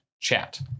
chat